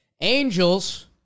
Angels